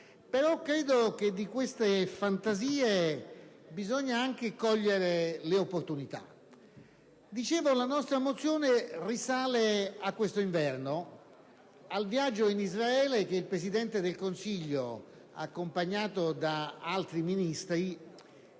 però che di queste fantasie bisogna anche cogliere le opportunità. La nostra mozione risale a quest'inverno, al viaggio in Israele che fece il Presidente del Consiglio, accompagnato da altri Ministri,